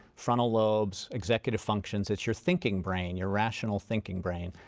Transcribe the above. frontal lobes, executive functions it's your thinking brain, your rational thinking brain.